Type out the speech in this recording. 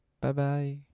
Bye-bye